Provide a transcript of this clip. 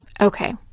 Okay